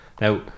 Now